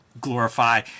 glorify